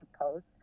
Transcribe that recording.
post